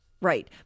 right